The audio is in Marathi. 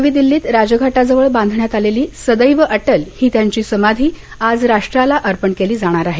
नवी दिल्लीत राजघाटाजवळ बांधण्यात आलेली सदैव अटल ही त्यांची समाधी आज राष्ट्राला अर्पण केली जाणार आहे